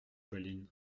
pauline